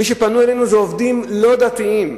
מי שפנו אלינו זה עובדים לא דתיים,